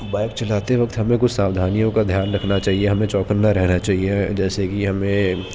bike چلاتے وقت ہمیں کچھ ساودھانیوں کا دھیان رکھنا چاہیے ہمیں چوکنا رہنا چاہیے جیسے کہ ہمیں